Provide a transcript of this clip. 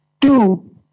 two